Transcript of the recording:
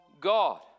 God